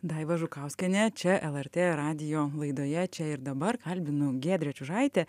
daiva žukauskienė čia lrt radijo laidoje čia ir dabar kalbinu giedrę čiužaitę